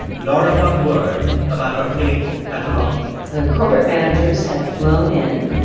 laura got word about her fate at the rocky the corporate managers had flown in.